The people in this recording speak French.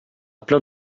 plein